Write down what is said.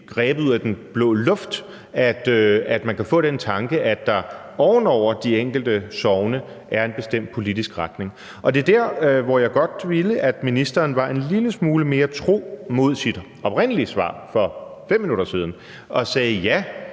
grebet ud af den blå luft, at man kan få den tanke, at der oven over de enkelte sogne er en bestemt politisk retning. Det er der, hvor jeg godt ville, at ministeren var en lille smule mere tro mod sit oprindelige svar for 5 minutter siden og sagde: Ja,